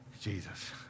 Jesus